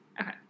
Okay